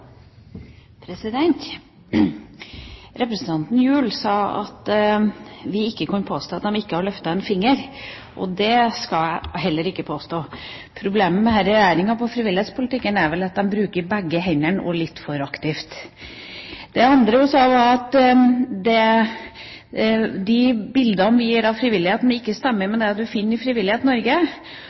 dugnadsånden. Representanten Gjul sa at vi ikke kan påstå at de ikke har løftet en finger. Det skal jeg heller ikke påstå. Problemet med denne regjeringa når det gjelder frivillighetspolitikken, er vel heller at de bruker begge hendene – og litt for aktivt. Det andre hun sa, var at de bildene vi gir av frivilligheten, ikke stemmer med det man finner i Frivillighet Norge.